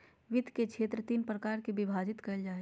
वित्त के क्षेत्र तीन प्रकार से विभाजित कइल जा हइ